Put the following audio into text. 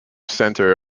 centre